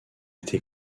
été